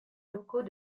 locaux